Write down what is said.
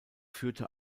führte